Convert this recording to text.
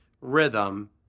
rhythm